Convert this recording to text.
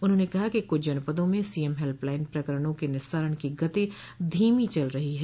उन्होंने कहा कि कुछ जनपदों में सीएम हेल्पलाइन प्रकरणों के निस्तारण की गति धीमी चल रही है